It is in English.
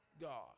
God